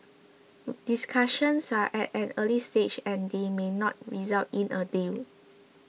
discussions are at an early stage and they may not result in a deal